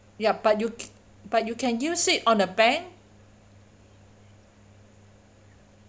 ya but you but you can use it on a bank